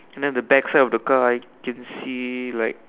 and then the back side of the car I can see like